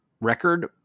record